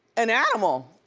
an animal,